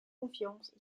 confiance